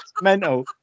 mental